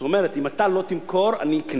זאת אומרת, אם אתה לא תמכור, אני אקנה.